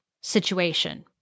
situation